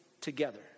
together